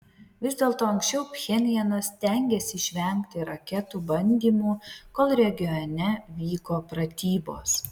vis dėlto anksčiau pchenjanas stengėsi išvengti raketų bandymų kol regione vyko pratybos